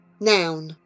Noun